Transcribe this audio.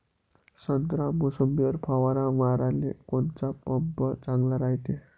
संत्रा, मोसंबीवर फवारा माराले कोनचा पंप चांगला रायते?